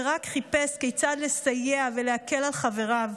ורק חיפש כיצד לסייע ולהקל על חבריו.